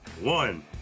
one